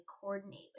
coordinate